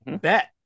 bet